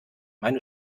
meine